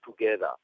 together